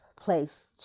place